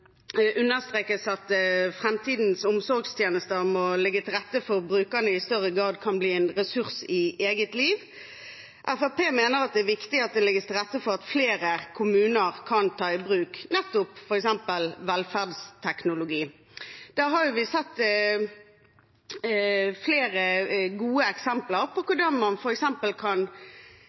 understrekes at framtidens omsorgstjenester må legge til rette for at brukerne i større grad kan bli en ressurs i eget liv. Fremskrittspartiet mener det er viktig at det legges til rette for at flere kommuner kan ta i bruk f.eks. velferdsteknologi. Vi har sett flere gode eksempler på hvordan man kan